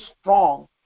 strong